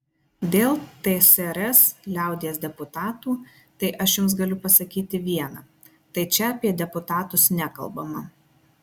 dėl tsrs liaudies deputatų tai aš jums galiu pasakyti viena tai čia apie deputatus nekalbama